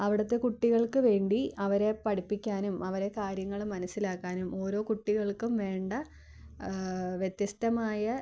അവിടുത്തെ കുട്ടികൾക്കു വേണ്ടി അവരെ പഠിപ്പിക്കാനും അവരെ കാര്യങ്ങൾ മനസ്സിലാക്കാനും ഓരോ കുട്ടികൾക്കും വേണ്ട വ്യത്യസ്തമായ